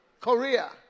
Korea